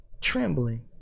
trembling